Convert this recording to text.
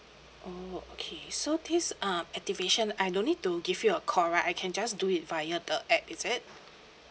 oh okay so this um activation I don't need to give you a call right I can just do it via the app is it